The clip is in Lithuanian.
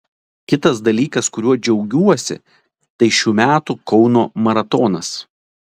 kitas dalykas kuriuo džiaugiuosi tai šių metų kauno maratonas